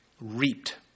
reaped